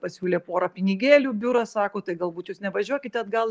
pasiūlė porą pinigėlių biuras sako tai galbūt jūs nevažiuokite atgal